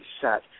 set